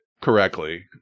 correctly